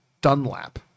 Dunlap